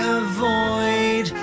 avoid